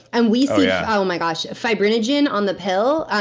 and we see, yeah oh my gosh, fibrinogenic on the pill,